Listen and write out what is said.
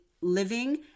living